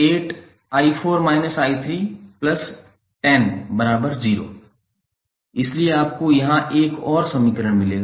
2𝑖48𝑖4−𝑖3100 इसलिए आपको यहां एक और समीकरण मिलेगा